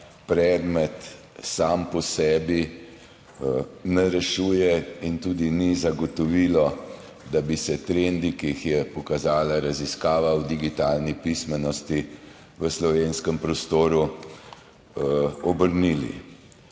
predmet sam po sebi ne rešuje in tudi ni zagotovilo, da bi se trendi, ki jih je pokazala raziskava o digitalni pismenosti v slovenskem prostoru, obrnili.